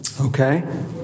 Okay